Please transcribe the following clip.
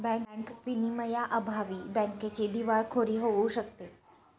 bank विनियमांअभावी बँकेची दिवाळखोरी होऊ शकते